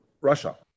Russia